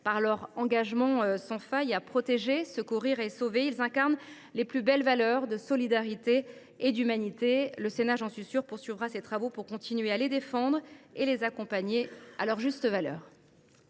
Par leur engagement sans faille à protéger, secourir et sauver, ils incarnent les plus belles valeurs de solidarité et d’humanité. Le Sénat, j’en suis sûre, poursuivra ses travaux pour continuer à les défendre et à les accompagner à leur juste valeur.